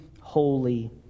holy